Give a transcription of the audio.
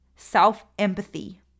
self-empathy